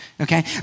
okay